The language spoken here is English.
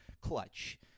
clutch